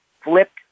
flipped